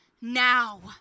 now